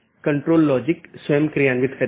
यह एक प्रकार की नीति है कि मैं अनुमति नहीं दूंगा